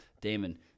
damon